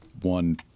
one